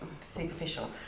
Superficial